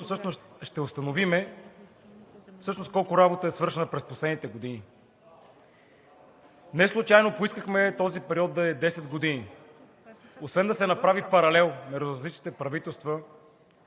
всъщност ще установим колко работа е свършена през последните години. Неслучайно поискахме този период да е 10 години. Освен да се направи паралел на различните правителства –